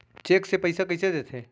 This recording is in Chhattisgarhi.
चेक से पइसा कइसे देथे?